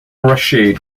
rashid